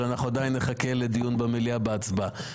אבל אנחנו נחכה לדיון במליאה בהצבעה.